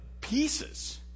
pieces